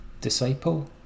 Disciple